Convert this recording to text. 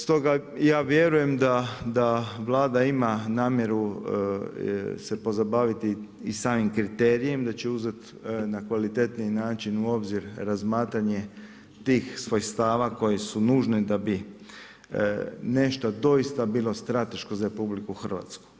Stoga ja vjerujem da Vlada ima namjeru se pozabaviti i samim kriterijem da će uzeti na kvalitetniji način u obzir razmatranje tih svojstava koje su nužne da bi nešto doista bilo strateško za RH.